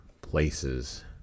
places